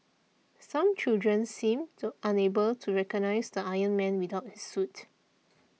some children seemed unable to recognise the Iron Man without his suit